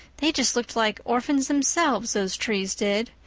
they just looked like orphans themselves, those trees did.